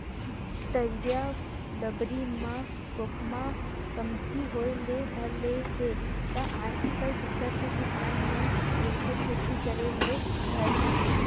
तरिया डबरी म खोखमा कमती होय ले धर ले हे त आजकल बिकट के किसान मन एखर खेती करे ले धर लिस